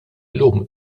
llum